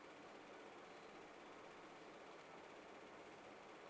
two